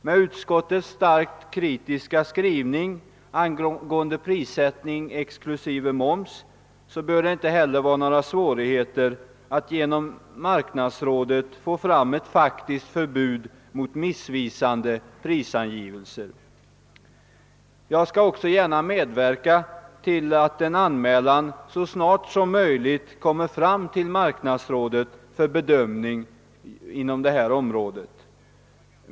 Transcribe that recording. Med utskottets starkt kritiska skrivning angående prissättning exklusive moms bör det heller inte vara några svårigheter att genom marknadsrådet få fram ett faktiskt förbud mot missvisande prisangivelser. Jag skall också gärna medverka till att en anmälan så snart som möjligt kommer fram till marknadsrådet för bedömning. Herr talman!